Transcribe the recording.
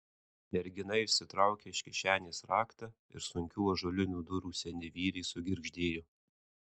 mergina išsitraukė iš kišenės raktą ir sunkių ąžuolinių durų seni vyriai sugirgždėjo